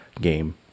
game